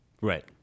Right